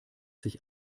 sich